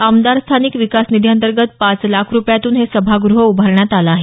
आमदार स्थानिक विकास निधीअंतर्गत पाच लाख रूपयांतून हे सभागृह उभारण्यात आलं आहे